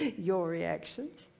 your reactions.